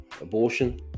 Abortion